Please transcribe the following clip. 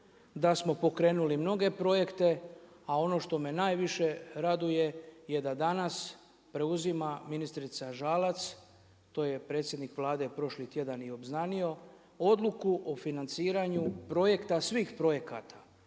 da smo pokrenuli mnoge projekte a ono što me najviše raduje, je da danas preuzima ministrica Žalac, to je predsjednik Vlade prošli tjedan i obznanio, odluku o financiranju projekta svih projekata,